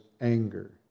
anger